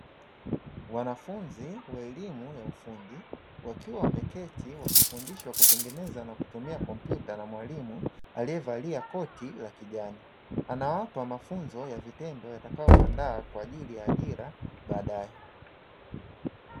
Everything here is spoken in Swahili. Wanafunzi wa elimu ya ufundi, wakiwa wameketi wakifundishwa kutengeneza na kutumia kompyuta na mwalimu aliyevalia koti la kijani, anawapa mafunzo ya vitendo yatakayowaandaa kwa ajili ya ajira baadaye.